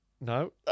No